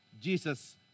Jesus